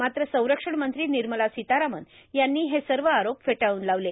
मात्र संरक्षण मंत्री र्निमला सीतारामन यांनी हे सव आरोप फेटाळून लावले